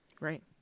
right